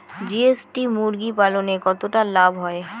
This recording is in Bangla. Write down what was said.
জি.এস.টি মুরগি পালনে কতটা লাভ হয়?